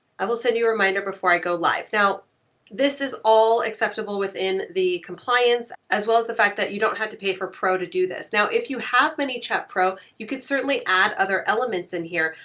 i will send you a reminder before i go live. now this is all acceptable within the compliance as well as the fact that you don't have to pay for pro to do this. now, if you have any chat pro, you could certainly add other elements in here.